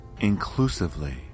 inclusively